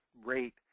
rate